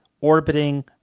orbiting